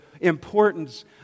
importance